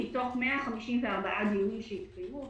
מתוך 154 דיונים שהתקיימו.